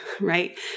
right